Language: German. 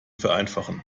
vereinfachen